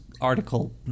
article